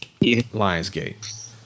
Lionsgate